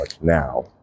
now